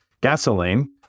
gasoline